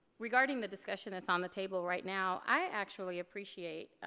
regarding the discussion that's on the table right now i actually appreciate